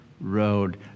road